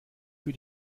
für